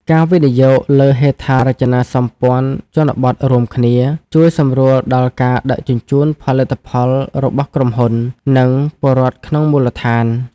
ការវិនិយោគលើហេដ្ឋារចនាសម្ព័ន្ធជនបទរួមគ្នា ជួយសម្រួលដល់ការដឹកជញ្ជូនផលិតផលរបស់ក្រុមហ៊ុន និងពលរដ្ឋក្នុងមូលដ្ឋាន។